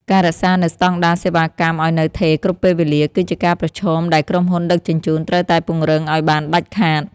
ការរក្សានូវស្ដង់ដារសេវាកម្មឱ្យនៅថេរគ្រប់ពេលវេលា គឺជាការប្រឈមដែលក្រុមហ៊ុនដឹកជញ្ជូនត្រូវតែពង្រឹងឱ្យបានដាច់ខាត។